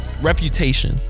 reputation